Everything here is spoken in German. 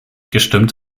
gestimmt